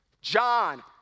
John